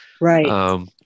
Right